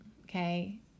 okay